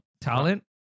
talent